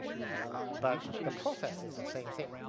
but the processor is the same thing.